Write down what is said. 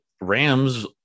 Rams